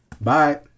Bye